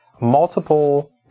multiple